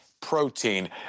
protein